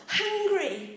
hungry